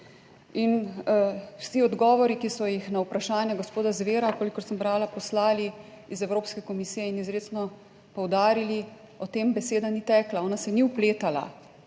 vsi odgovori, ki so jih na vprašanja gospoda Zvera, kolikor sem brala, poslali iz Evropske komisije in izrecno poudarili, o tem beseda ni tekla, ona se ni vpletala